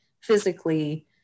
physically